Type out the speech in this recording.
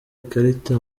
ikarita